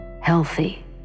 healthy